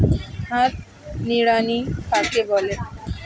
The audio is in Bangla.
হাত নিড়ানি কাকে বলে?